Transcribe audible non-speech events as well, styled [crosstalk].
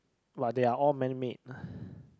but they are all man made [breath]